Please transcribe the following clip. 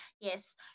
Yes